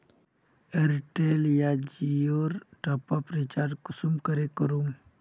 Airtel या जियोर top up recharge कुंसम करे करूम?